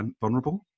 vulnerable